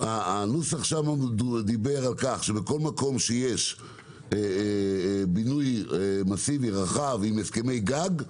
הנוסח שם דיבר על כך שבכל מקום שיש בינוי מסיבי רחב עם הסכמי גג,